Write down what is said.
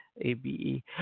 A-B-E